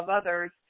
others